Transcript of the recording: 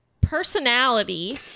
personality